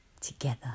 together